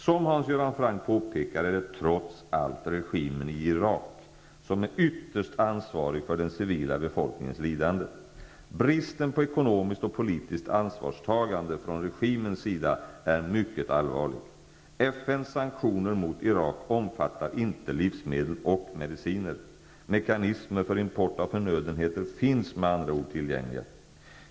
Som Hans Göran Franck påpekar är det trots allt regimen i Irak som är ytterst ansvarig för den civila befolkningens lidande. Bristen på ekonomiskt och politiskt ansvarstagande från regimens sida är mycket allvarlig. FN:s sanktioner mot Irak omfattar inte livsmedel och mediciner -- mekanismer för import av förnödenheter finns med andra ord tillgängliga.